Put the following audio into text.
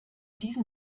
diesen